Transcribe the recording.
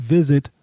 Visit